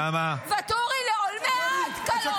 ואטורי, לעולמי עד קלון.